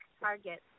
target